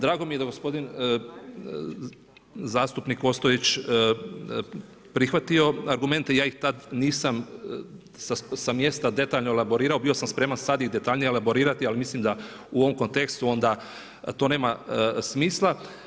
Drago mi je da je gospodin zastupnik Ostojić, prihvatio argumente, ja ih tada nisam, sa mjesta detaljno elaborirao, bio sam spreman sad i detaljnije elaborirati, ali mislim da u ovom kontekstu, onda to nema smisla.